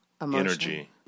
energy